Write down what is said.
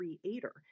creator